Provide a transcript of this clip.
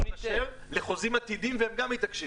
--- לחוזים עתידיים והם גם מתעקשים.